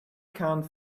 can’t